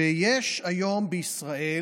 ויש היום בישראל,